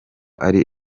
ari